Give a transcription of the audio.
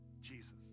Jesus